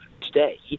today